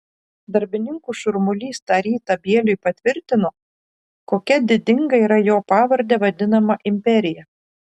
darbininkų šurmulys tą rytą bieliui patvirtino kokia didinga yra jo pavarde vadinama imperija